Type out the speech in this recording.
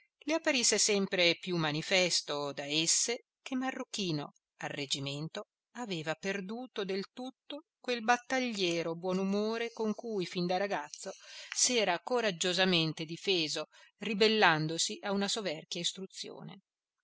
le apparisse sempre più manifesto da esse che marruchino al reggimento aveva perduto del tutto quel battagliero buonumore con cui fin da ragazzo s'era coraggiosamente difeso ribellandosi a una soverchia istruzione